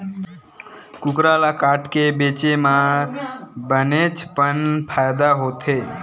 कुकरा ल काटके बेचे म बनेच पन फायदा होथे